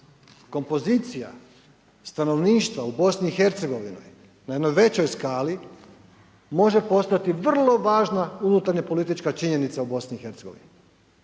kompozicija stanovništva u BiH na jednoj većoj skali može postati vrlo važna unutarnjopolitička činjenica u BiH